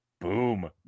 Boom